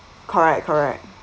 correct correct